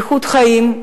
איכות חיים,